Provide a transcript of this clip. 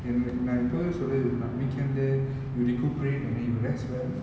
enrai~ நா எப்போதுமே சொல்ரது இதுதா:naa eppothume solrathu ithuthaa weekend uh you recuperate and rest well